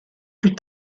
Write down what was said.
plus